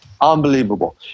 unbelievable